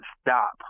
stop